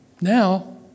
Now